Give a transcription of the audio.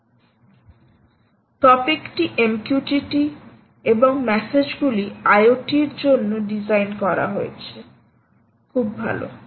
সুতরাং টপিকটি MQTT এবং মেসেজগুলি IoTর জন্য ডিজাইন করা হয়েছে খুব ভাল